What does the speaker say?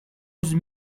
onze